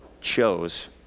chose